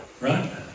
Right